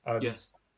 Yes